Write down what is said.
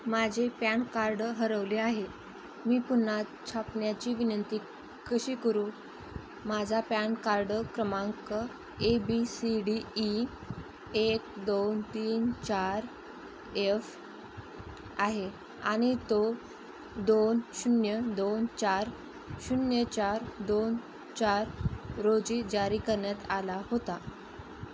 माझे PAN card हरवले आहे मी पुन्हा छापण्याची विनंती कशी करू माझा पॅन कार्ड क्रमांक A B C D E एक दोन तीन चार यफ आहे आणि तो दोन शून्य दोन चार शून्य चार दोन चार रोजी जारी करण्यात आला होता